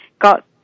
got